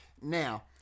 Now